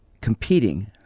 competing